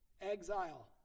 exile